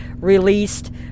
released